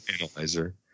Analyzer